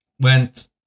went